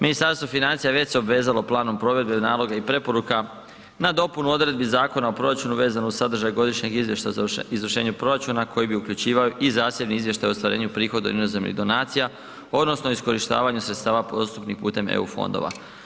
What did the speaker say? Ministarstvo financija već se obvezalo planom provedbe naloga i preporuka na dopunu odredbi Zakona o proračunu vezano uz sadržaj godišnjeg izvještaja o izvršenju proračuna koji bi uključivao i zasebni izvještaj o ostvarenju prihoda od inozemnih donacija odnosno iskorištavanja sredstava postupno putem EU fondova.